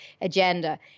agenda